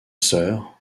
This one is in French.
sœur